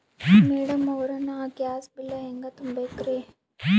Madam ಅವ್ರ, ನಾ gas bill ಹೆಂಗ ತುಂಬಾ ಬೇಕ್ರಿ?